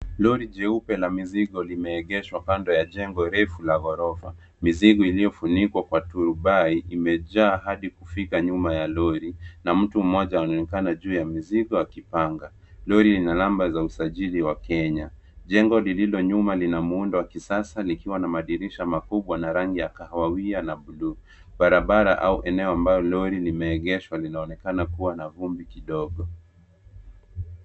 Lori jeupe la mizigo limeegeshwa kando ya jengo refu la ghorofa , mizigo iliyofunikwa kwa tubai imejaa hadi kufika nyuma ya lori na mtu mmoja anaonekana juu ya mizigo akipanga . Lori ina (cs) number(cs) za usajili wa kenya . Jengo lililo nyuma lina muundo wa kisasa likiwa na madirisha makubwa na rangi ya kahawia na buluu. Barabara au eneo ambalo lori limeegeshwa linaonekana kuwa na vumbi kidogo .